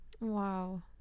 wow